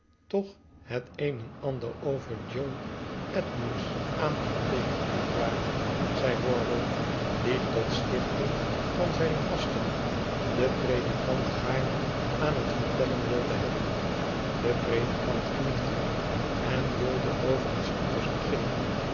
toch het een en ander over john edmunds aangeteekend niet waar zei wardle die tot stichting van zijn gasten den predikant gaarne aan het vertellen wilde hebben de predikant knikte en wilde over iets anders beginnen